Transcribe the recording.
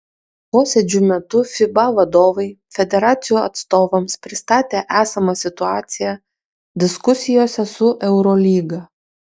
posėdžio metu fiba vadovai federacijų atstovams pristatė esamą situaciją diskusijose su eurolyga